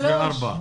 3 ו-4.